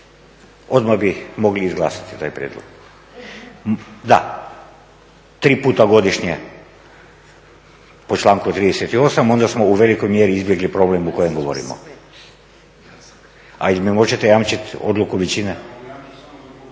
odmah bi mogli izglasati taj prijedlog. Da, tri puta godišnje po članku 38., onda smo u velikoj mjeri izbjegli problem o kojem govorimo. … /Upadica se ne